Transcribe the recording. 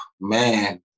man